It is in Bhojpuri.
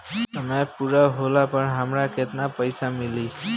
समय पूरा होला पर हमरा केतना पइसा मिली?